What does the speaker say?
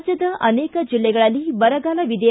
ರಾಜ್ಯದ ಅನೇಕ ಜಿಲ್ಲೆಗಳಲ್ಲಿ ಬರಗಾಲವಿದೆ